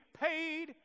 paid